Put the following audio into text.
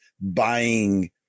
buying